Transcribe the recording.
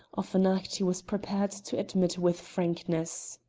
of an act he was prepared to admit with frankness.